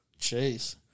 Jeez